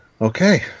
Okay